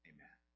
Amen